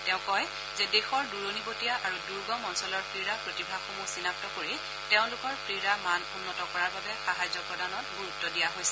তেওঁ কয় যে দেশৰ দুৰণীবটীয়া আৰু দুৰ্গম অঞ্চলৰ ক্ৰীড়া প্ৰতিভাসমূহ চিনাক্ত কৰি তেওঁলোকৰ ক্ৰীড়া মান উন্নত কৰাৰ বাবে সাহায্য প্ৰদানত গুৰুত্ব দিয়া হৈছে